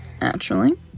Naturally